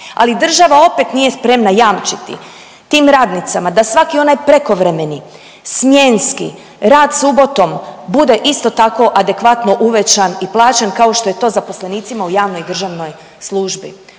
ali država opet nije spremna jamčiti tim radnicama da svaki onaj prekovremeni, smjenski, rad subotom, bude isto tako adekvatno uvećan i plaćen kao što je to zaposlenicima u javnoj i državnoj službi.